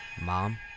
Mom